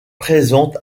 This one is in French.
présente